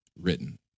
written